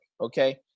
Okay